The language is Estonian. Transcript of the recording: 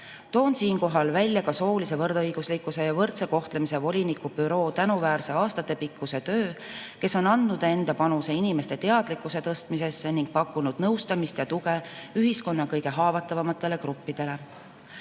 Toon siinkohal välja ka soolise võrdõiguslikkuse ja võrdse kohtlemise voliniku büroo tänuväärse aastatepikkuse töö. Nad on andnud enda panuse inimeste teadlikkuse tõstmisesse ning pakkunud nõustamist ja tuge ühiskonna kõige haavatavamatele gruppidele. Hiljuti